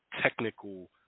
technical